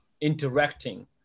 interacting